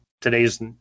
today's